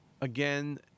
Again